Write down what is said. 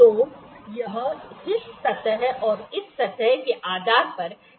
तो यह इस सतह और इस सतह के आधार पर कैलिब्रेट किया जाता है